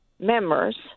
members